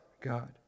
God